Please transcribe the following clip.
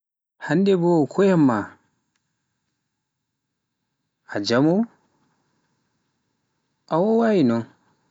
Hannde ko yanma, a jaamo boo, a wowai non.